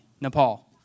Nepal